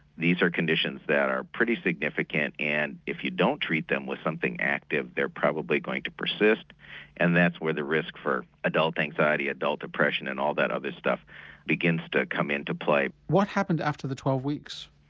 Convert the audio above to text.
these are conditions that are pretty significant significant and if you don't treat them with something active they are probably going to persist and that's where the risk for adult anxiety, adult depression and all that other stuff begins to come into play. what happened after the twelve weeks?